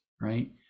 right